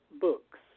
books